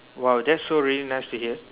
!wow! that's so really nice to hear